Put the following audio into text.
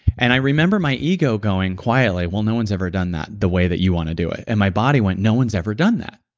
and i remember my ego going, quietly, well, no one's ever done that the way that you want to do it and my body went, no one's ever done that.